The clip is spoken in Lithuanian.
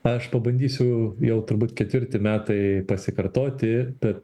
aš pabandysiu jau turbūt ketvirti metai pasikartoti bet